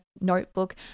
notebook